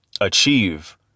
achieve